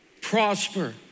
Prosper